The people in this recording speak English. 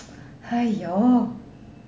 !aiyo!